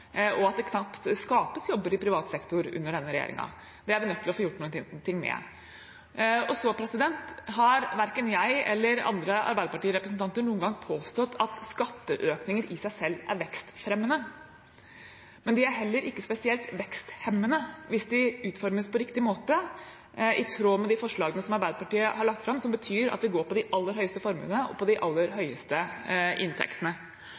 og at det knapt skapes jobber i privat sektor under denne regjeringen. Det er vi nødt til å få gjort noe med. Verken jeg eller andre Arbeiderparti-representanter har noen gang påstått at skatteøkninger i seg selv er vekstfremmende, men de er heller ikke spesielt veksthemmende hvis de utformes på riktig måte, i tråd med de forslagene som Arbeiderpartiet har lagt fram, som betyr at det treffer de aller største formuene og de aller høyeste inntektene. Jeg er helt og fullt overbevist om at de